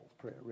prayer